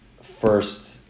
first